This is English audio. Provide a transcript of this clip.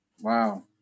Wow